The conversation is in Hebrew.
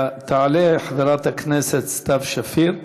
תעלה חברת הכנסת סתיו שפיר,